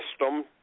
system